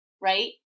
right